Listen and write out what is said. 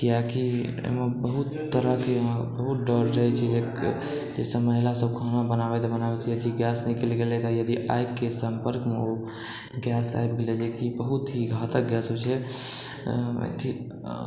कियाकि एहिमे बहुत तरहके बहुत डर रहै छै जेसब महिलासब खाना बनाबैत बनाबैत यदि गैस निकलि गेलै तऽ यदि आगिके सम्पर्कमे ओ गैस आबि गेलै जेकि बहुत ही घातक गैस होइ छै कि